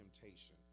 temptation